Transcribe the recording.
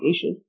issues